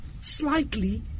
slightly